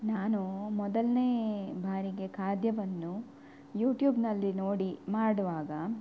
ನಾನು ಮೊದಲನೇ ಬಾರಿಗೆ ಖಾದ್ಯವನ್ನು ಯೂಟ್ಯೂಬ್ನಲ್ಲಿ ನೋಡಿ ಮಾಡುವಾಗ